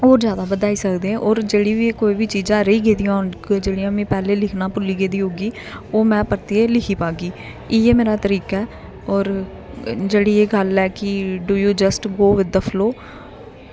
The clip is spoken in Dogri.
होर जादा बद्धाई सकदे होर जेह्ड़ी कोई बी चीज़ां रेही गेदियां होन जेह्ड़ियां में पैह्लें लिखना भुल्ली गेदी होगी ओह् में परतियै लिखी पागी इ'यै मेरी तरीका ऐ होर जेह्ड़ी एह् गल्ल ऐ कि do you just go with the flow